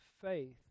faith